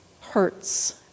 hurts